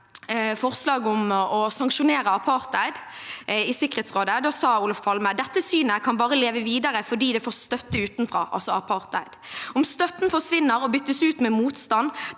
forslag om å sanksjonere apartheid i Sikkerhetsrådet. Da sa Olof Palme: Dette synet kan bare leve videre fordi det får støtte utenfra. Om støtten forsvinner og byttes ut med motstand,